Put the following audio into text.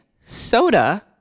Soda